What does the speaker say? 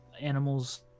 animals